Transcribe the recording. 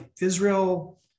Israel